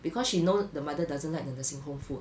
because she know the mother doesn't like the nursing home food